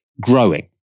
growing